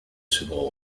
seconds